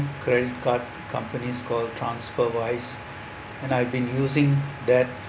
credit card companies call transfer wise and I've been using that